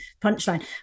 punchline